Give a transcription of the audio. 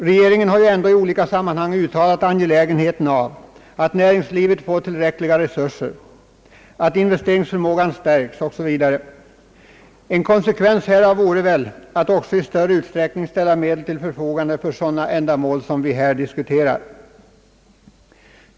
Regeringen har ju ändå i olika sammanhang framhållit angelägenheten av att näringslivet får tillräckliga resurser, att investeringsförmågan stärks o.s.v. En konsekvens härav vore väl att man också i större utsträckning ställer medel till förfogande för sådana ändamål som vi här diskuterar.